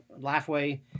Lifeway